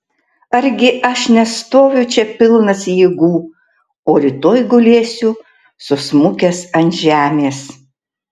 argi aš nestoviu čia pilnas jėgų o rytoj gulėsiu susmukęs ant žemės